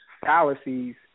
fallacies